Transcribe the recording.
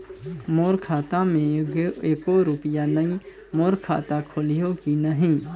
मोर खाता मे एको रुपिया नइ, मोर खाता खोलिहो की नहीं?